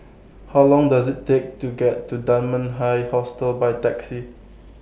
How Long Does IT Take to get to Dunman High Hostel By Taxi